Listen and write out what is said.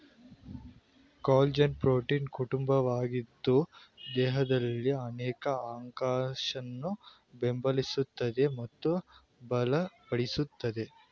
collagen ಪ್ರೋಟೀನ್ನ ಕುಟುಂಬವಾಗಿದ್ದು ದೇಹದಲ್ಲಿನ ಅನೇಕ ಅಂಗಾಂಶನ ಬೆಂಬಲಿಸ್ತದೆ ಮತ್ತು ಬಲಪಡಿಸ್ತದೆ